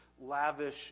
lavish